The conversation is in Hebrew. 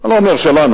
אני לא אומר שלנו.